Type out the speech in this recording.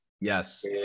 yes